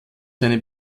seine